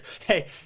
Hey